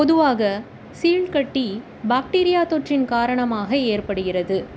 பொதுவாக சீழ்க்கட்டி பாக்டீரியா தொற்றின் காரணமாக ஏற்படுகிறது